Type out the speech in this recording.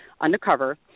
undercover